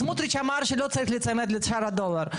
סמוטריץ' אמר שלא צריך להיצמד לשער הדולר,